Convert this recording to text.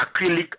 acrylic